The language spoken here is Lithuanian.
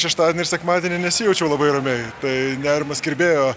šeštadienį ir sekmadienį nesijaučiau labai ramiai tai nerimas kirbėjo